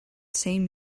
same